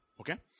Okay